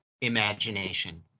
imagination